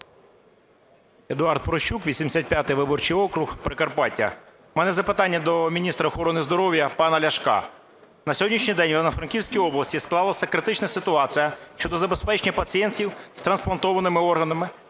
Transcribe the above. Едуард Прощук, 85 виборчий округ, Прикарпаття. В мене запитання до міністра охорони здоров'я пана Ляшка. На сьогоднішній день в Івано-Франківській області склалася критична ситуація щодо забезпечення пацієнтів з трансплантованими органами